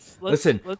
Listen